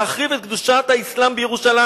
להחריב את קדושת האסלאם בירושלים.